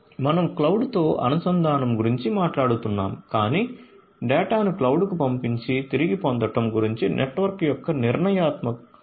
మనం క్లౌడ్తో అనుసంధానం గురించి మాట్లాడుతున్నాము కాని డేటాను క్లౌడ్కు పంపించి తిరిగి పొందడం గురించి నెట్వర్క్ యొక్క నిర్ణయాత్మకత కూడా ముఖ్యం